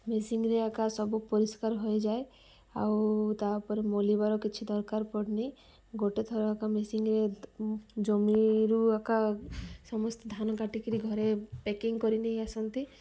ମେସିନରେ ଆକା ସବୁ ପରିଷ୍କାର ହୋଇଯାଏ ଆଉ ତା'ପରେ ମଲିବାର କିଛି ଦରକାର ପଡ଼ୁନି ଗୋଟେ ଥର ଆକା ମେସିନରେ ଜମିରୁ ଆକା ସମସ୍ତେ ଧାନ କାଟିକିରି ଘରେ ପ୍ୟାକିଂ କରି ନେଇ ଆସନ୍ତି